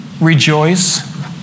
rejoice